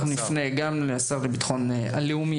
נפנה גם לשר לביטחון לאומי